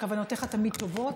שכוונותיך תמיד טובות.